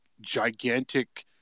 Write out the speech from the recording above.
gigantic